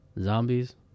zombies